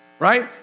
Right